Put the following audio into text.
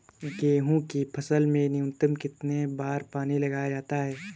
गेहूँ की फसल में न्यूनतम कितने बार पानी लगाया जाता है?